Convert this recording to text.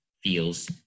feels